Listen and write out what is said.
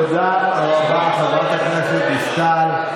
תודה רבה, חברת הכנסת דיסטל.